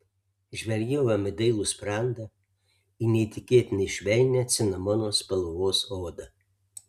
žvelgiau jam į dailų sprandą į neįtikėtinai švelnią cinamono spalvos odą